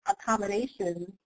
accommodations